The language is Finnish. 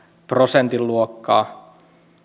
prosentin luokkaa